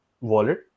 wallet